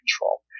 control